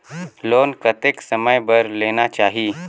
Loan कतेक समय बर लेना चाही?